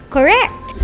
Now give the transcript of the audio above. Correct